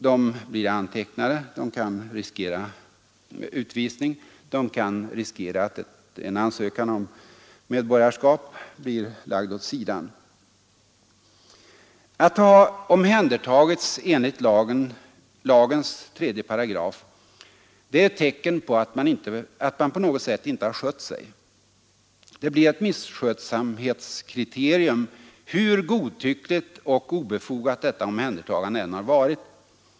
De blir antecknade, de kan riskera utvisning, de kan riskera att en ansökan om medborgarskap blir lagd åt sidan. Att ha omhändertagits enligt lagens 3 § är ett tecken på att man på något sätt inte har skött sig — det blir ett misskötsamhetskriterium, hur godtyckligt och obefogat detta omhändertagande än har varit.